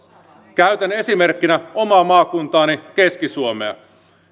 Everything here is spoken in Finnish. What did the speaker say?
käytän esimerkkinä omaa maakuntaani keski suomea